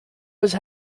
was